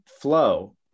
Flow